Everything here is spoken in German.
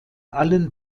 allen